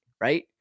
right